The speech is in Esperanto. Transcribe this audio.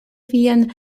vian